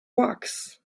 wax